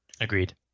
Agreed